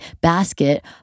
basket